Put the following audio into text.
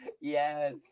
Yes